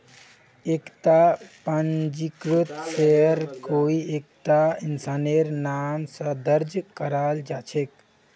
एकता पंजीकृत शेयर कोई एकता इंसानेर नाम स दर्ज कराल जा छेक